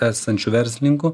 esančių verslininkų